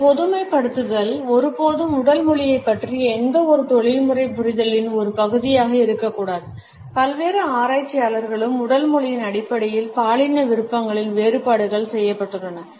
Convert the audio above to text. இந்த பொதுமைப்படுத்துதல்கள் ஒருபோதும் உடல் மொழியைப் பற்றிய எந்தவொரு தொழில்முறை புரிதலின் ஒரு பகுதியாக இருக்கக்கூடாது பல்வேறு ஆராய்ச்சியாளர்களும் உடல் மொழியின் அடிப்படையில் பாலின விருப்பங்களில் வேறுபாடுகள் செய்யப்பட்டுள்ளன